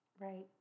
Right